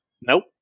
Nope